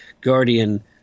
guardian